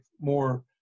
more